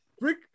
Rick